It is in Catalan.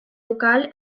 local